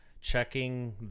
checking